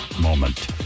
moment